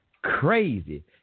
Crazy